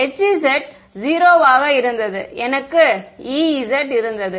மாணவர் Hz 0 ஆக இருந்தது எனவே எனக்கு Ez இருந்தது